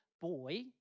boy